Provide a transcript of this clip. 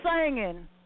singing